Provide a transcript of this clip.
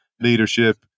leadership